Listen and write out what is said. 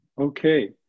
Okay